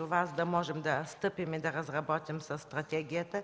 за да можем да стъпим и разработим върху това стратегията.